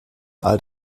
alt